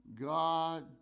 God